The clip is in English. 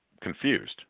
confused